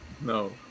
No